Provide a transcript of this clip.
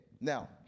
now